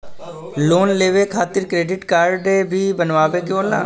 Loan लेवे खातिर credit काडे भी बनवावे के होला?